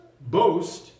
boast